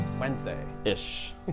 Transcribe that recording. Wednesday-ish